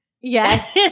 Yes